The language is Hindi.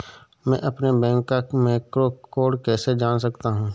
मैं अपने बैंक का मैक्रो कोड कैसे जान सकता हूँ?